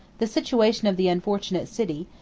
the situation of the unfortunate city,